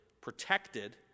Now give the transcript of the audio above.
protected